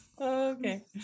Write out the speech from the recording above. Okay